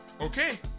Okay